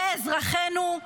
לאזרחינו,